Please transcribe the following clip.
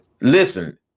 Listen